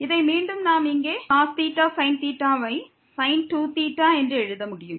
இதை மீண்டும் நாம் இங்கே 2cos sin ஐ sin 2θ என்று எழுத முடியும்